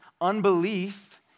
Unbelief